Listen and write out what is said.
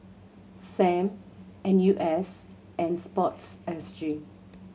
Sam N U S and Sports S G